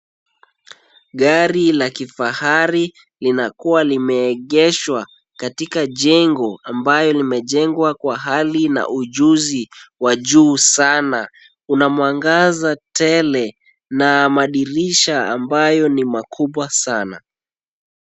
Gari la kifahari linakuwa limeegeshwa katika jengo ambayo limejengwa kwa hali na ujuzi wa juu sana, kuna mwangaza tele na madirisha ambayo ni makubwa sana.